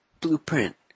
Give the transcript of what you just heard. blueprint